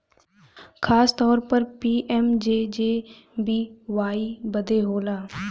खासतौर पर पी.एम.जे.जे.बी.वाई बदे होला